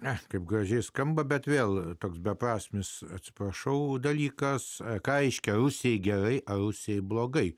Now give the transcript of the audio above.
ech kaip gražiai skamba bet vėl toks beprasmis atsiprašau dalykas ką reiškia ausiai gerai ausiai blogai